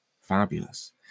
Fabulous